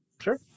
Sure